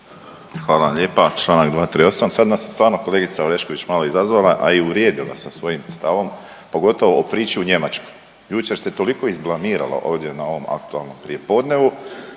vam lijepa. Čl. 238. sad nas je stvarno kolegica Orešković malo izazvala, a i uvrijedila sa svojim stavom pogotovo o priču u Njemačku. Jučer se toliko izblamirala ovdje na ovom aktualnom prijepodnevu